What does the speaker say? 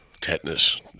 Tetanus